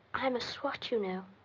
i'm a swot, you know.